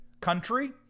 country